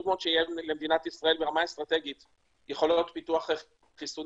חשוב מאוד ברמה האסטרטגית שיהיו למדינת ישראל יכולות פיתוח חיסונים.